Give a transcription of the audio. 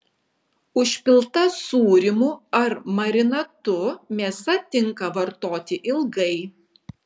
užpilta sūrimu ar marinatu mėsa tinka vartoti ilgai